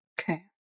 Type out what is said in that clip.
Okay